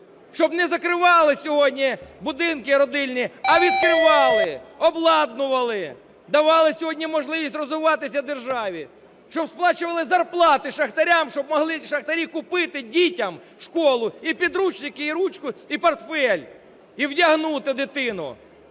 Щоб не закривали сьогодні будинки родильні, а відкривали, обладнували, давали сьогодні можливість розвиватися державі. Щоб сплачували зарплати шахтарям, щоб могли шахтарі купити дітям в школу і підручники, і ручку, і портфель, і вдягнути дитину.